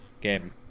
game